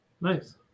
nice